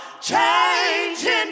changing